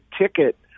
ticket